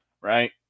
right